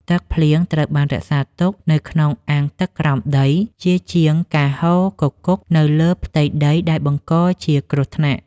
ទឹកភ្លៀងត្រូវបានរក្សាទុកនៅក្នុងអាងទឹកក្រោមដីជាជាងការហូរគគុកនៅលើផ្ទៃដីដែលបង្កជាគ្រោះថ្នាក់។